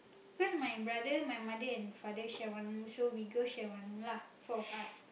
because my brother my mother and father share one room so we girl share one room lah four of us